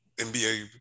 NBA